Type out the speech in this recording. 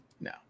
no